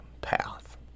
path